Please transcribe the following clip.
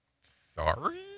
sorry